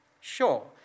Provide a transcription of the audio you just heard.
Sure